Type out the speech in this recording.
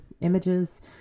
images